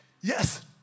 yes